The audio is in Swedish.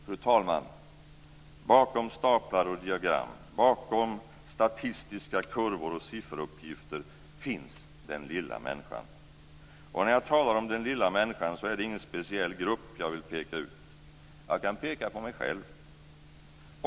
Fru talman! Bakom staplar och diagram, bakom statistiska kurvor och sifferuppgifter finns "den lilla människan". När jag talar om "den lilla människan" är det ingen speciell grupp jag vill peka ut. Jag kan peka på mig själv.